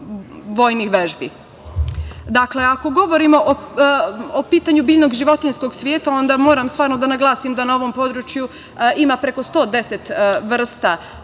vojnih vežbi. Dakle, ako govorimo o pitanju biljnog i životinjskog sveta, onda moram stvarno da naglasim da na ovom području ima preko 110 vrsta ptica.